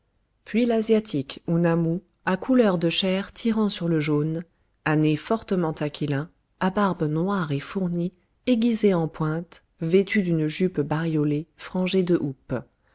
puis l'asiatique ou namou à couleur de chair tirant sur le jaune à nez fortement aquilin à barbe noire et fournie aiguisée en pointe vêtu d'une jupe bariolée frangée de houppes